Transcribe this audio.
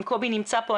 אם קובי נמצא כאן,